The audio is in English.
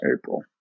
April